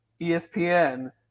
ESPN